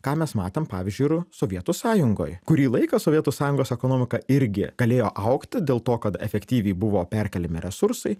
ką mes matėm pavyzdžiui ir sovietų sąjungoj kurį laiką sovietų sąjungos ekonomika irgi galėjo augti dėl to kad efektyviai buvo perkeliami resursai